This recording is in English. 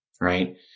right